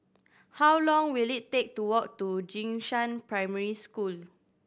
how long will it take to walk to Jing Shan Primary School